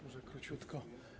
Może króciutko.